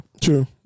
True